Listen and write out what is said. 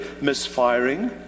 misfiring